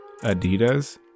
Adidas